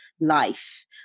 life